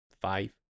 five